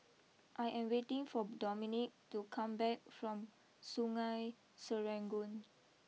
I am waiting for Dominique to come back from Sungei Serangoon